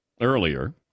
earlier